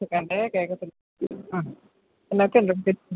ചിക്കൻ്റെ കേൾക്കത്തില്ല ആ എന്നതൊക്കെ ഉണ്ട് സ്പെഷ്യൽ